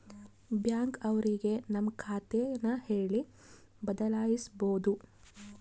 bank ಅವ್ರಿಗೆ ನಮ್ ಖಾತೆ ನ ಹೇಳಿ ಬದಲಾಯಿಸ್ಬೋದು